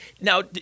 Now